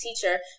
teacher